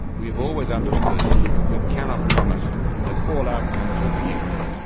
we have always understood that we cannot promise that all outcomes will be equal.